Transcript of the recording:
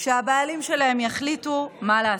שהבעלים שלהם יחליטו מה לעשות.